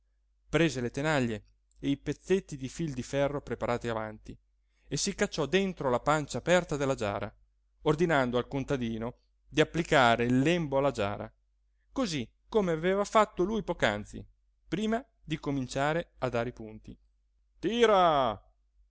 prese le tenaglie e i pezzetti di fil di ferro preparati avanti e si cacciò dentro la pancia aperta della giara ordinando al contadino di applicare il lembo alla giara così come aveva fatto lui poc'anzi prima di cominciare a dare i punti tira